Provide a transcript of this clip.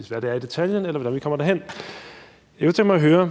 om, hvad det er i detaljen, eller hvordan vi kommer derhen. Ordføreren